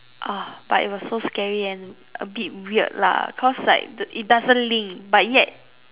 ah but it was so scary and a bit weird lah cause like it doesn't link but yet